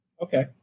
Okay